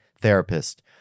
therapist